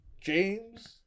James